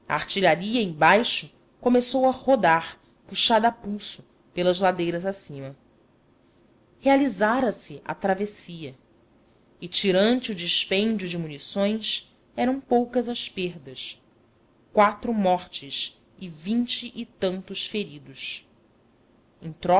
embaixo começou a rodar puxada a pulso pelas ladeiras acima realizara se a travessia e tirante o dispêndio de munições eram poucas as perdas quatro mortos e vinte e tantos feridos